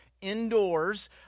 indoors